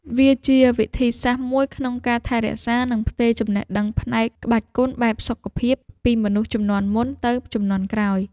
វាជាវិធីសាស្ត្រមួយក្នុងការថែរក្សា និងផ្ទេរចំណេះដឹងផ្នែកក្បាច់គុណបែបសុខភាពពីមនុស្សជំនាន់មុនទៅជំនាន់ក្រោយ។